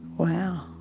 wow,